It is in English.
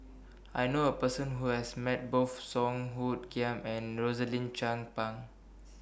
I know A Person Who has Met Both Song Hoot Kiam and Rosaline Chan Pang